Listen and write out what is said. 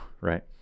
right